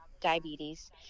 diabetes